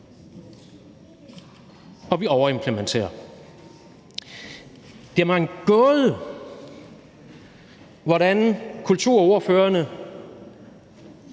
og vi overimplementerer. Det er mig en gåde, hvordan kulturordførerne